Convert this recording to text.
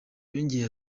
yongeye